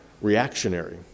reactionary